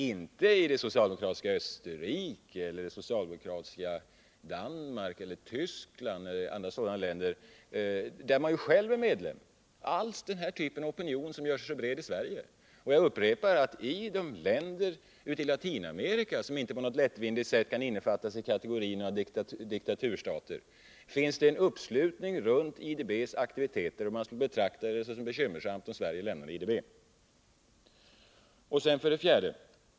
Men i det socialdemokratiska Österrike eller det socialdemokratiska Danmark eller Tyskland eller andra sådana länder som själva är medlemmar finns inte alls denna typ av opinion som gör sig så bred i Sverige. Jag upprepar att i de länder i Latinamerika som inte på något lättvindigt sätt kan innefattas i kategorin diktaturstater finns det en uppslutning kring IDB:s aktiviteter, och man skulle där betrakta det som bekymmersamt om Sverige lämnade IDB. 4.